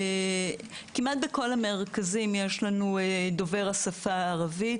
כמעט בכל המרכזים יש לנו דובר השפה הערבית,